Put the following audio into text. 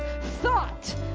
thought